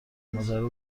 ماجرا